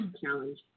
challenge